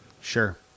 Sure